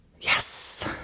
Yes